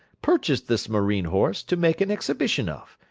purchased this marine horse, to make an exhibition of,